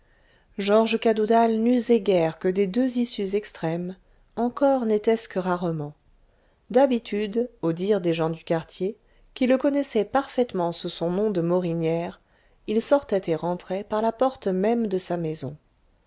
georges cadoudal n'usait guère que des deux issues extrêmes encore n'était-ce que rarement d'habitude au dire des gens du quartier qui le connaissaient parfaitement sous son nom de morinière il sortait et rentrait par la porte même de sa maison